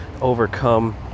overcome